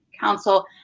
Council